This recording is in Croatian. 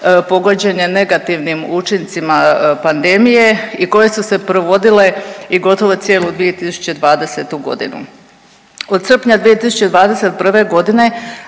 pogođene negativnim učincima pandemije i koje su se provodile i gotovo cijelu 2020. g. Od srpnja 2021. g.